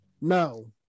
No